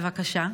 בבקשה,